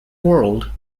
world